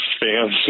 fans